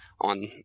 on